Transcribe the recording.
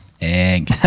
Egg